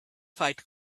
fight